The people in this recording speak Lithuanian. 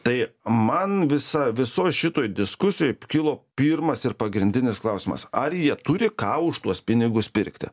tai man visa visoj šitoj diskusijoj kilo pirmas ir pagrindinis klausimas ar jie turi ką už tuos pinigus pirkti